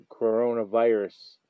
coronavirus